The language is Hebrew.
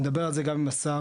נדבר על זה גם עם השר,